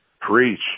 Preach